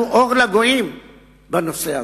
אנחנו אור לגויים בנושא הזה.